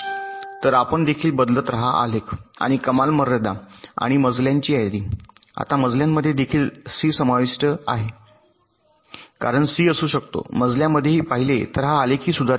तर आपण देखील बदलत रहा आलेख आणि कमाल मर्यादा आणि मजल्याची यादी आता मजल्यामध्ये देखील सी समाविष्ट आहे कारण सी असू शकतो मजल्यामध्येही पाहिले तर हा आलेखही सुधारित होतो